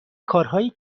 کارهایی